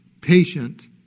patient